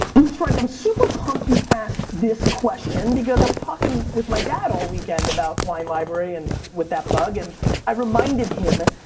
stripe, i'm super pumped you asked this question because i was talking with my dad all weekend about wine library and with that bug, and i reminded him,